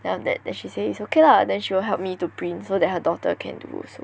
then after that then she say it's okay lah then she will help me to print so that her daughter can do also